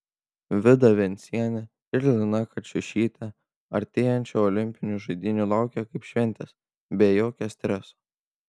vida vencienė ir lina kačiušytė artėjančių olimpinių žaidynių laukia kaip šventės be jokio streso